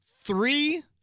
three